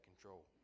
control